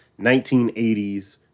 1980s